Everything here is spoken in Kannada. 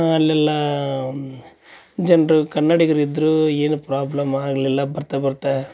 ಅಲ್ಲೆಲ್ಲ ಜನರು ಕನ್ನಡಿಗರು ಇದ್ದರು ಏನೂ ಪ್ರಾಬ್ಲಮ್ ಆಗಲಿಲ್ಲ ಬರ್ತ ಬರ್ತ